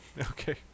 Okay